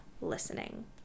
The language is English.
listening